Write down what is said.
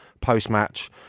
post-match